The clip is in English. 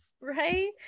Right